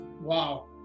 Wow